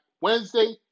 Wednesday